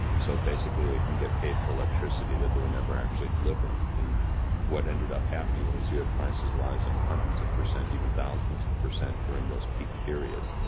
so, basically they could get paid for electricity. that they were never actually delivering. and what ended up happening was yeah prices rising hundreds of percent, even thousands of percent during those peak periods.